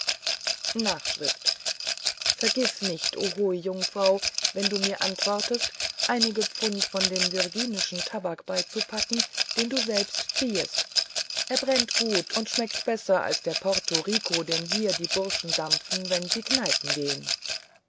s vergiß nicht o hohe jungfrau wenn du mir antwortest einige pfund von dem virginischen tabak beizupacken den du selbst ziehest er brennt gut und schmeckt besser als der portoriko den hier die bursche dampfen wenn sie kneipen gehn